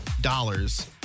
dollars